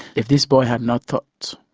if this boy had not thought.